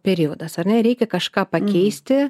periodas ar ne reikia kažką pakeisti